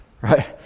right